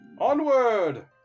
Onward